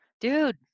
dude